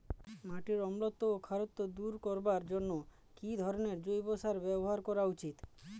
মাটির অম্লত্ব ও খারত্ব দূর করবার জন্য কি ধরণের জৈব সার ব্যাবহার করা উচিৎ?